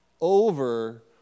over